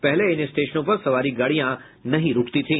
पहले इन स्टेशनों पर सवारी गाड़ियां नहीं रूकती थी